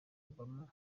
obama